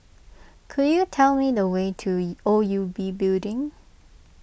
could you tell me the way to E O U B Building